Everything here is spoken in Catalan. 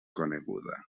coneguda